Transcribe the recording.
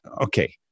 Okay